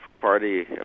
party